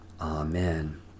Amen